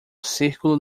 círculo